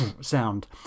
sound